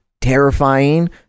terrifying